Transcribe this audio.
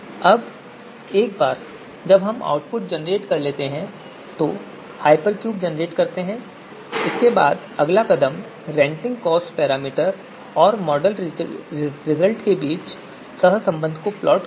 अब एक बार जब हम आउटपुट जेनरेट कर लेते हैं हाइपरक्यूब जेनरेट कर लेते हैं तो अगला कदम रेंटिंग कॉस्ट पैरामीटर और मॉडल रिजल्ट के बीच सहसंबंध को प्लॉट करना है